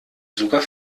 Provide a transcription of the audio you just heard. sogar